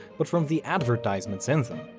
but from the advertisements in them.